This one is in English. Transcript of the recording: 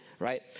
right